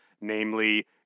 namely